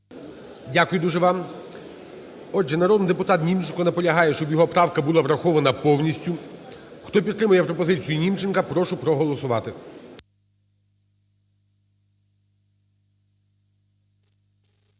Дякую дуже вам. Отже, народний депутат Німченко наполягає, щоб його правка, щоб його правка була врахована повністю. Хто підтримує пропозицію Німченка, прошу проголосувати.